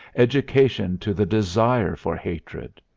education to the desire for hatred.